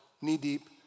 knee-deep